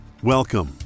Welcome